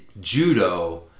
Judo